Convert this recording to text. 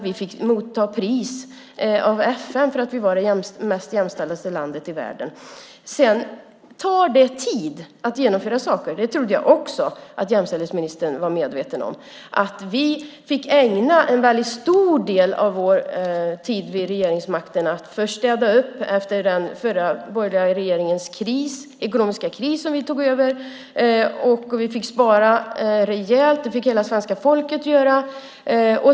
Vi fick motta pris av FN för att vi var det mest jämställda landet i världen. Det tar tid att genomföra saker. Det trodde jag också att jämställdhetsministern var medveten om. Vi fick ägna en väldigt stor del av vår tid vid regeringsmakten åt att städa upp efter den förra borgerliga regeringens ekonomiska kris som vi tog över. Vi fick spara rejält. Det fick hela svenska folket göra.